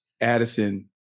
Addison